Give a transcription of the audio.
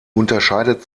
unterscheidet